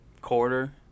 quarter